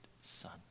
son